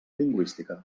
lingüística